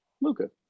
Luca